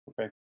Okay